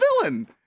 villain